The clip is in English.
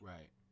Right